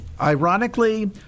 Ironically